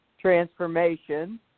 transformation